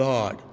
God